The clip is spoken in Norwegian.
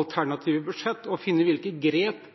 alternative budsjett å finne hvilke grep